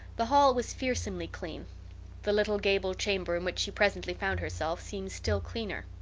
the hall was fearsomely clean the little gable chamber in which she presently found herself seemed still cleaner.